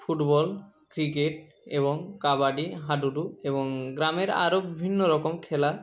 football cricket এবং কাবাডি হাডুডু এবং গ্রামের আরও বিভিন্ন রকম খেলা